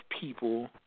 people